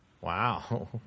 Wow